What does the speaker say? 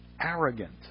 arrogant